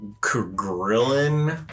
grilling